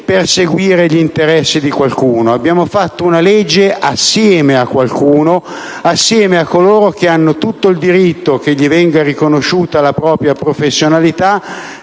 per seguire gli interessi di qualcuno, ma abbiamo fatto una legge assieme a qualcuno: a coloro che hanno tutto il diritto di vedersi riconoscere la propria professionalità.